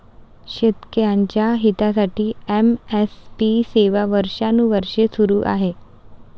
शेतकऱ्यांच्या हितासाठी एम.एस.पी सेवा वर्षानुवर्षे सुरू आहे